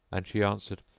and she answered,